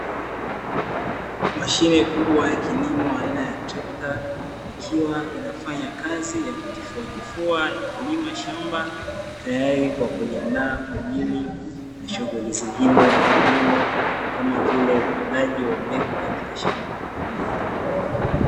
Mashine kubwa ya kilimo aina ya trekta, ikiwa inafanya kazi ya kutifuatifua shamba, tayari kwa kuliandaa kwa ajili ya shughuli zingine za kilimo, kama vile upandaji wa mbegu katika shamba.